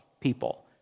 people